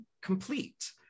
complete